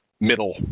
Middle